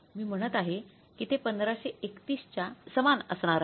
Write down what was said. मी म्हणत आहे की ते 1531 च्या सामान असणार आहे